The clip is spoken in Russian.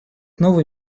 новый